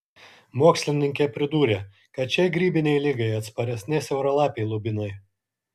mokslininkė pridūrė kad šiai grybinei ligai atsparesni siauralapiai lubinai